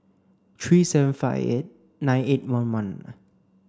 three seven five eight nine eight one one